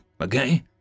okay